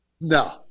No